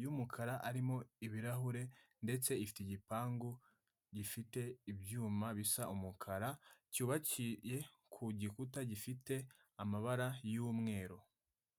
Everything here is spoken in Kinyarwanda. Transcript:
y'umukara arimo ibirahure ndetse ifite igipangu gifite ibyuma bisa umukara, cyubakiye ku gikuta gifite amabara y'umweru.